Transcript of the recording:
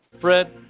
Fred